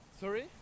Sorry